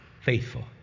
faithful